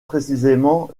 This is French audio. précisément